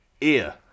ear